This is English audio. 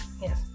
Yes